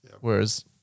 whereas